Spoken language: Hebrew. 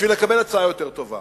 בשביל לקבל הצעה יותר טובה.